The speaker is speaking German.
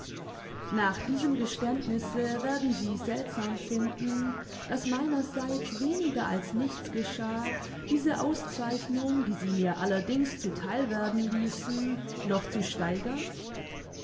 nach diesem geständnisse werden sie seltsam finden daß meinerseits weniger als nichts geschah diese auszeichnung die sie mir allerdings zu theil werden ließen noch zu steigern